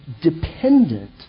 dependent